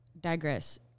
Digress